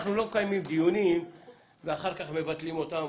מקיימים דיונים ואחר כך מבטלים אותם.